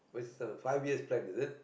what's the five years plan is it